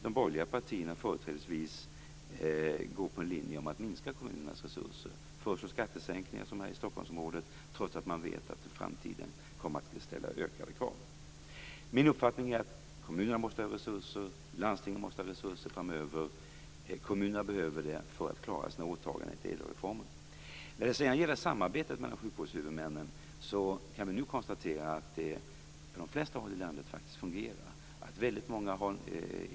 De borgerliga partierna, företrädesvis, går på linjen att minska kommunernas resurser och föreslår skattesänkningar, som här i Stockholmsområdet, trots att man vet att framtiden kommer att ställa ökade krav. Min uppfattning är att kommunerna måste ha resurser. Landstingen måste ha resurser framöver. Kommunerna behöver det för att klara sina åtaganden i samband med ädelreformen. När det sedan gäller samarbetet mellan sjukvårdshuvudmännen kan vi konstatera att det nu faktiskt fungerar på de flesta håll i landet.